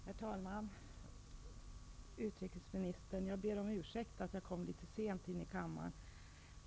Herr talman! Fru utrikesminister! Jag ber om ursäkt för att jag kom litet sent.